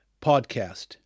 podcast